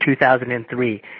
2003